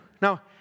Now